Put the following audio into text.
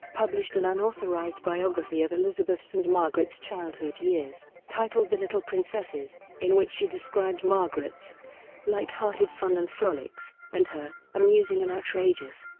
published an unauthorised biography of elizabeth's and margaret's childhood years, titled the little princesses, in which she described margaret's light-hearted fun and frolics and her amusing and outrageous.